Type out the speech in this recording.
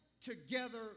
together